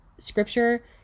Scripture